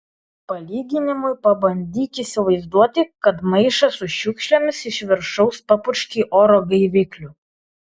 palyginimui pabandyk įsivaizduoti kad maišą su šiukšlėmis iš viršaus papurškei oro gaivikliu